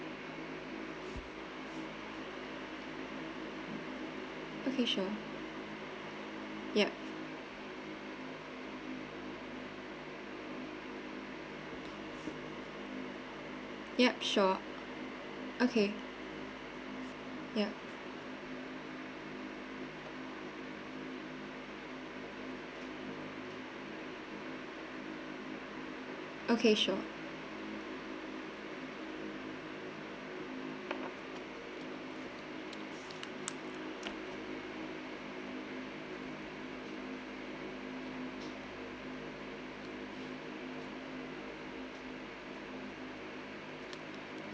okay sure ya ya sure okay ya okay sure